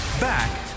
Back